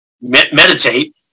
meditate